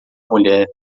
mulher